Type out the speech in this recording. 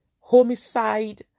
homicide